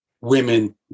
women